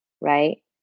right